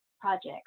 project